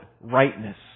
rightness